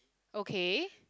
okay